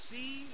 See